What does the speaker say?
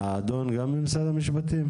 האדון גם ממשרד המשפטים?